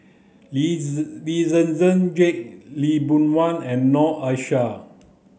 Lee Zi Lee Zhen Zhen Jane Lee Boon Wang and Noor Aishah